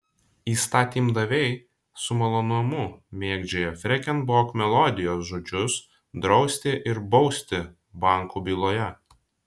įstatymdaviai su malonumu mėgdžioja freken bok melodijos žodžius drausti ir bausti bankų byloje